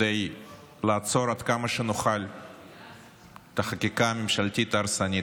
כדי לעצור עד כמה שנוכל את החקיקה הממשלתית ההרסנית.